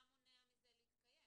מה מונע מזה להתקיים?